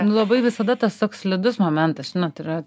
nu labai visada tas toks slidus momentas žinot yra